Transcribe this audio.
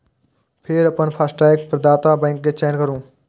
फेर अपन फास्टैग प्रदाता बैंक के चयन करू